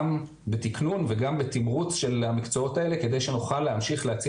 בתיקון וגם בתמרוץ של המקצועות האלה כדי שנוכל להמשיך להציע